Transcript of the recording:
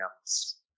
else